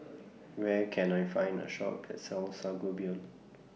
Where Can I Find A Shop that sells Sangobion